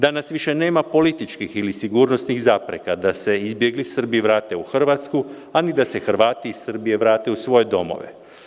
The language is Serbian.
Danas više nema političkih ili sigurnosnih zapreka da se izbjegli Srbi vrate u Hrvatsku, a ni da se Hrvati iz Srbije vrate u svoje domove.